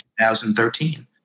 2013